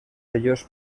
ellos